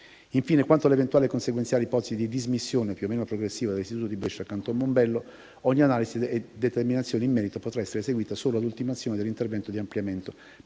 Infine, quanto all'eventuale consequenziale ipotesi di dismissione, più o meno progressiva, dell'istituto di Brescia Canton Mombello, ogni analisi e determinazione in merito potrà essere eseguita solo ad ultimazione dell'intervento di ampliamento previsto